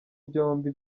byombi